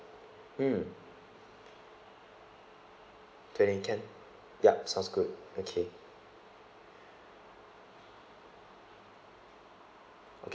mm twenty can yup sounds good okay